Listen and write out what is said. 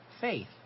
faith